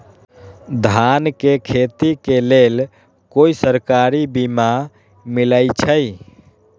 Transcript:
धान के खेती के लेल कोइ सरकारी बीमा मलैछई?